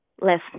less